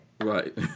right